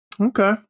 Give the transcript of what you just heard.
Okay